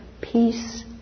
Peace